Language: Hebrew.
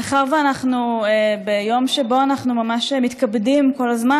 מאחר שאנחנו ביום שבו אנחנו ממש מתכבדים כל הזמן